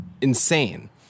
insane